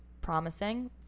promising